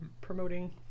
promoting